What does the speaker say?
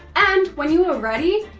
and when you are ready,